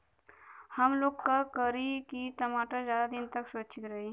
हमलोग का करी की टमाटर ज्यादा दिन तक सुरक्षित रही?